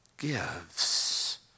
gives